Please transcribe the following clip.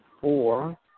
four